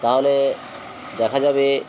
তাহলে দেখা যাবে